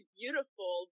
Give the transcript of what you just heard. beautiful